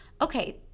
okay